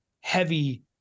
heavy